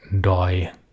die